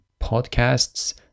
podcasts